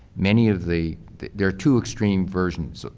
many of the there are two extreme versions,